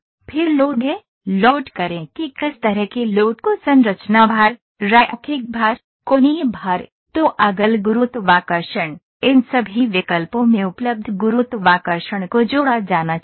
फिर लोड है लोड करें कि किस तरह के लोड को संरचना भार रैखिक भार कोणीय भार टॉगल गुरुत्वाकर्षण इन सभी विकल्पों में उपलब्ध गुरुत्वाकर्षण को जोड़ा जाना चाहिए